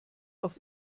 auf